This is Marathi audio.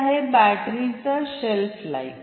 हे आहॆ बॅटरीच शेल्फ लाइफ